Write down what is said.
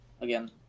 again